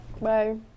Bye